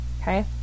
okay